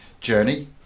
journey